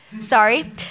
sorry